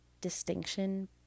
distinction